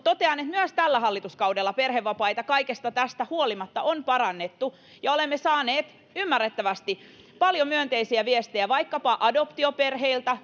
totean että myös tällä hallituskaudella perhevapaita kaikesta tästä huolimatta on parannettu ja olemme saaneet ymmärrettävästi paljon myönteisiä viestejä vaikkapa adoptioperheiltä